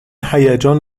هیجان